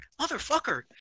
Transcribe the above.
Motherfucker